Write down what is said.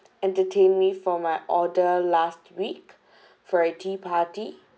entertained me for my order last week for a tea party